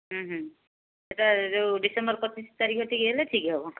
ସେଇଟା ଯେଉଁ ଡିସେମ୍ବର୍ ପଚିଶ ତାରିଖ ଠିକ୍ ହେଲେ ଠିକ୍ ହେବ